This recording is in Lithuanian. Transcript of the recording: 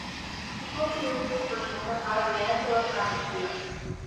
su šiuo kūrėju susipažinau vasario mėnesį uostamiestyje